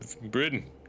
britain